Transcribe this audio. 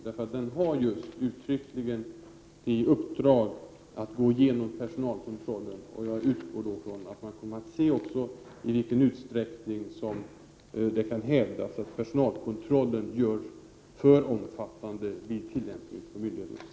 Kommittén har ju uttryckligen i uppdrag att studera personalkontrollen. Jag utgår från att kommittén också kommer att ta ställning till i vilken utsträckning det kan hävdas att personalkontrollen vid tillämpningen hos myndigheterna görs alltför omfattande.